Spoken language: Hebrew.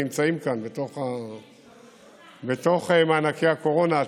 נמצאים כאן בתוך מענקי הקורונה.